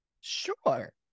Sure